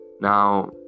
now